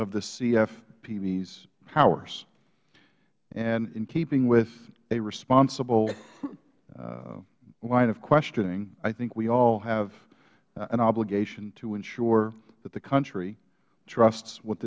of the cfpb's powers and in keeping with a responsible line of questioning i think we all have an obligation to ensure that the country trusts what